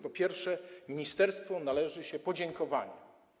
Po pierwsze, ministerstwu należy się podziękowanie.